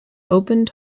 opened